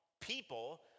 people